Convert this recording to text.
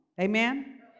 amen